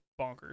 bonkers